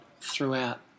throughout